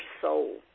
soul